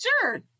Sure